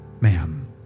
ma'am